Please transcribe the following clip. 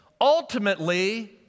Ultimately